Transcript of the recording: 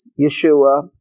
Yeshua